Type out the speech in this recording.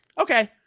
Okay